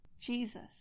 Jesus